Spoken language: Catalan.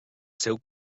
seu